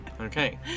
Okay